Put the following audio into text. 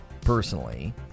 Personally